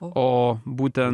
o būtent